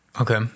Okay